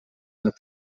and